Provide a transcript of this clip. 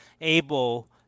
able